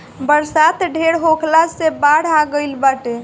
बरसात ढेर होखला से बाढ़ आ गइल बाटे